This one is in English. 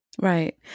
Right